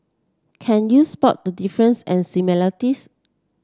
can you spot the difference and similarities